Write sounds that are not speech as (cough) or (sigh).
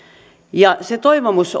ja se toivomus (unintelligible)